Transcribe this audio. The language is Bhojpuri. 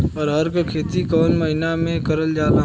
अरहर क खेती कवन महिना मे करल जाला?